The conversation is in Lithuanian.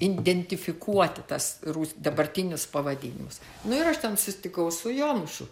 identifikuoti tas rus dabartinius pavadinimus nu ir aš ten susitikau su jonušu